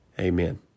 Amen